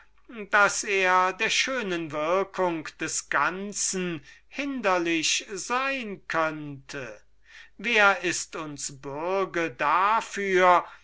daß er der schönen würkung des ganzen hinderlich sein könnte wer ist uns bürge dafür